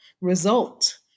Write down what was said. result